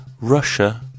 Russia